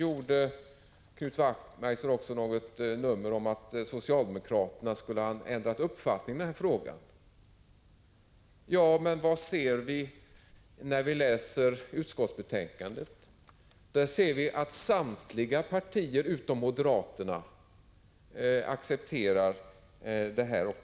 Knut Wachtmeister sade också att socialdemokraterna skulle ha ändrat uppfattning i frågan. Ja, men i utskottsbetänkandet kan vi se att samtliga partier utom moderaterna accepterar propositionen.